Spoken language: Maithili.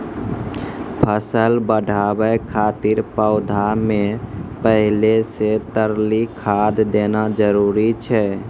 फसल बढ़ाबै खातिर पौधा मे पहिले से तरली खाद देना जरूरी छै?